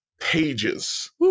pages